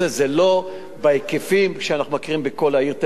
זה לא בהיקפים שאנחנו מכירים בכל העיר תל-אביב.